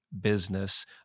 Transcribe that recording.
business